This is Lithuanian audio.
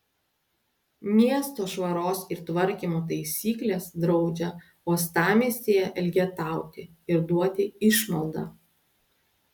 miesto švaros ir tvarkymo taisyklės draudžia uostamiestyje elgetauti ir duoti išmaldą